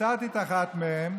הסרתי אחת מהן,